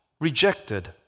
rejected